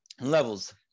levels